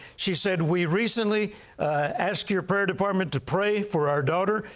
she said, we recently asked your prayer department to pray for our daughter,